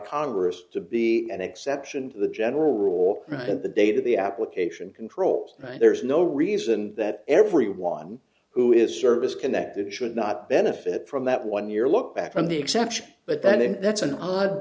congress to be an exception to the general rule of the day that the application controls there is no reason that everyone who is service connected should not benefit from that one year look back from the exception but then that's an odd